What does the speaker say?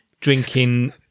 drinking